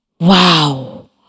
Wow